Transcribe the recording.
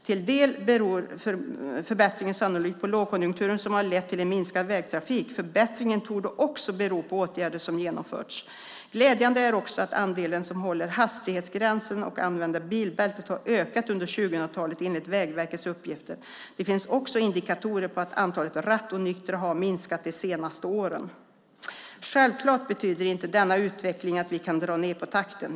Till del beror förbättringen sannolikt på lågkonjunkturen som har lett till en minskad vägtrafik. Förbättringen torde också bero på åtgärder som genomförts. Glädjande är också att andelen som håller hastighetsgränsen och använder bilbältet har ökat under 2000-talet enligt Vägverkets uppgifter. Det finns också indikatorer på att antalet rattonyktra har minskat de senaste åren. Självklart betyder inte denna utveckling att vi kan dra ned på takten.